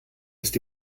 ist